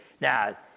Now